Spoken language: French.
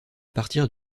partir